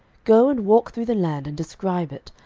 go and walk through the land, and describe it,